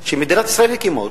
שמדינת ישראל הקימה אותם,